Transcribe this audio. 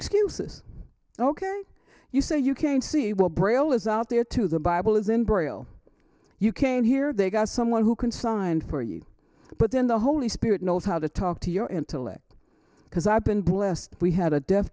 excuses ok you say you can't see well braille is out there too the bible is in braille you can hear they got someone who can sign for you but then the holy spirit knows how to talk to your intellect because i've been blessed we had a deaf